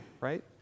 right